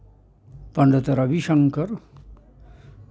पडंत Ravishankar